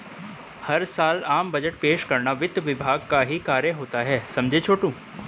हर साल आम बजट पेश करना वित्त विभाग का ही कार्य होता है समझे छोटू